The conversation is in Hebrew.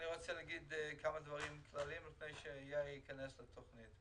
אני רוצה להגיד כמה דברים כלליים לפני שיאיר פינס ייכנס לתוכנית.